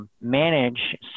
manage